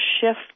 shift